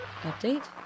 Update